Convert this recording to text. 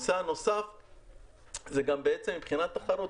3. מבחינת תחרות,